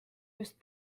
just